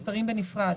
הם נספרים בנפרד.